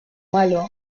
malo